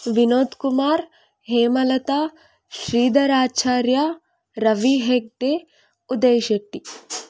Vinod Kumar Hemalatha Shridhar Acharya Ravi Hegde Uday Shetty